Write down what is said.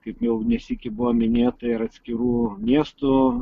kaip jau ne sykį buvo minėta ir atskirų miestų